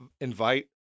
invite